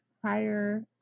prior